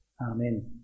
Amen